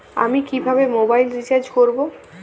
আমি কিভাবে mobile recharge করব?